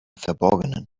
verborgenen